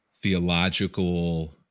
theological